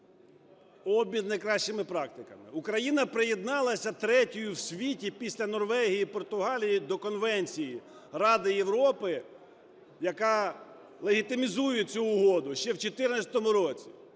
Обмін найкращими практиками. Україна приєдналася третьою в світі після Норвегії і Португалії до Конвенції Ради Європи, яка легітимізує цю угоду ще в 14-му році.